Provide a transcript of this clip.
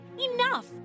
Enough